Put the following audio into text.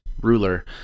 ruler